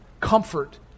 comfort